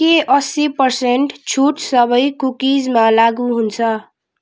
के अस्सी पर्सेन्ट छुट सबै कुकिजमा लागु हुन्छ